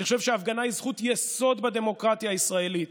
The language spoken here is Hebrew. אני חושב שההפגנה היא זכות יסוד בדמוקרטיה הישראלית.